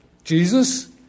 Jesus